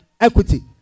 equity